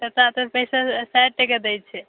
चचातऽ कहैत छथि साठि टके दै छै